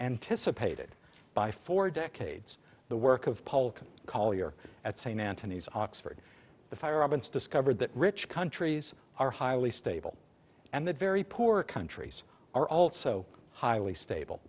anticipated by for decades the work of paul collier at st anthony's oxford the fire discovered that rich countries are highly stable and that very poor countries are also highly stable